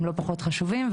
שהם לא פחות חשובים.